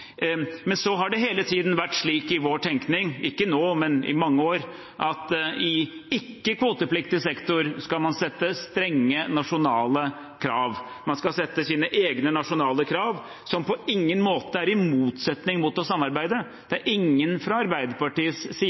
men i mange år – at i ikke-kvotepliktig sektor skal man stille strenge nasjonale krav, man skal stille egne, nasjonale krav som på ingen måte står i motsetning til å samarbeide. Det er fra Arbeiderpartiets side